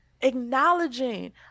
acknowledging